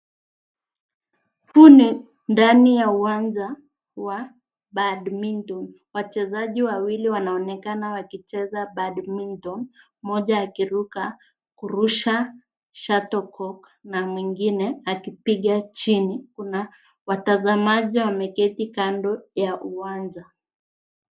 Huu ni ndani ya uwanja wa badminton . Wachezaji wawili wanaonekana wakicheza badminton mmoja akiruka kurusha shadowhook na mwingine akipiga chini na watazamaji wameketi kando ya uwanja.